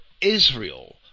Israel